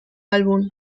álbum